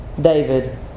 David